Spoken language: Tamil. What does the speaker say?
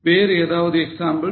வேறு ஏதாவது எக்ஸாம்பிள்